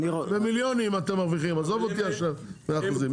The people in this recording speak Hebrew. במיליונים אתם מרוויחים עזוב אותי עכשיו באחוזים,